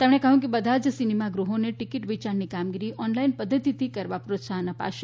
તેમણે કહ્યું કે બધા જ સિનેમાગૃહોને ટીકીટ વેચાણની કામગીરી ઓનલાઇન પદ્ધતિથી કરવા પ્રોત્સાહન અપાશે